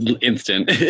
instant